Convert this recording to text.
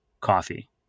coffee